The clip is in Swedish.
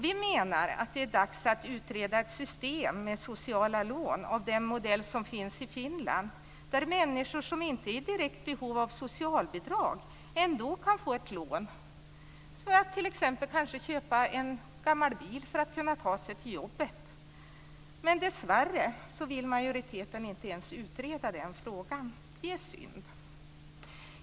Vi menar att det är dags att utreda ett system med sociala lån av den modell som finns i Finland där människor som inte är i direkt behov av socialbidrag ändå kan få ett lån för att t.ex. kanske köpa en gammal bil för att kunna ta sig till jobbet. Dessvärre vill majoriteten inte ens utreda den frågan. Det är synd.